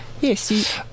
yes